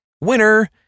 winner